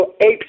apes